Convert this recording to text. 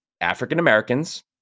African-Americans